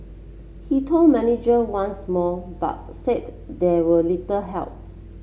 he told manager once more but said they were little help